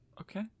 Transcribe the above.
Okay